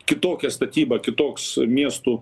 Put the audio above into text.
kitokia statyba kitoks miestų